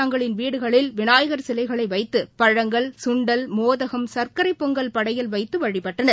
தங்களின் வீடுகளில் விநாயகர் சிலைகளைவைத்தபழங்கல் சுண்டல் மக்கள் மோதகம் சர்க்கரைப் பொங்கல் படையல் வைத்துவழிபட்டனர்